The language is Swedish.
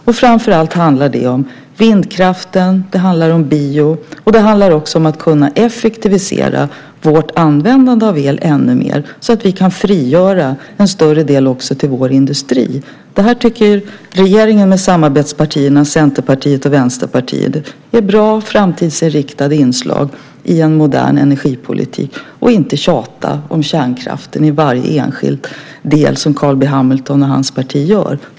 Och det handlar framför allt om vindkraft och bioenergi och om att kunna effektivisera vårt användande av el ännu mer, så att vi kan frigöra en större del också till vår industri. Detta tycker regeringen och samarbetspartierna Centerpartiet och Vänsterpartiet är bra och framtidsinriktade inslag i en modern energipolitik i stället för att, som Carl B Hamilton och hans parti gör, i varje enskild del tjata om kärnkraften.